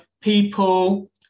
people